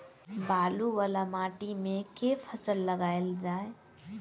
बालू वला माटि मे केँ फसल लगाएल जाए?